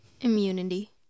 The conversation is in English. Immunity